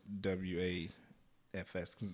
W-A-F-S